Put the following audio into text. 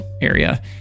area